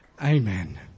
Amen